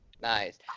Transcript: Nice